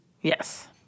Yes